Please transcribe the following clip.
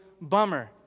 Bummer